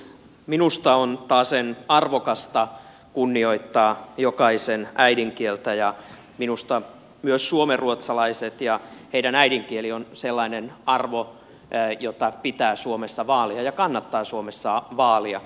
minusta on taasen arvokasta kunnioittaa jokaisen äidinkieltä ja minusta myös suomenruotsalaiset ja heidän äidinkielensä on sellainen arvo jota pitää ja kannattaa suomessa vaalia